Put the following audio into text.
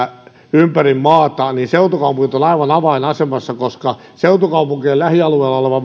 ympäri maata seutukaupungit ovat aivan avainasemassa koska seutukaupunkien lähialueella oleva